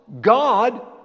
God